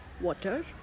water